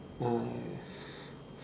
uh